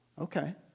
okay